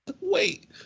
Wait